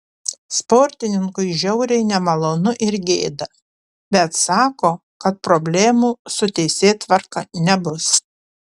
sportininkui žiauriai nemalonu ir gėda bet sako kad problemų su teisėtvarka nebus